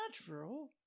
natural